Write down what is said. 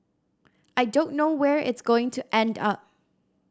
I don't know where it's going to end up